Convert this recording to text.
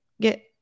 get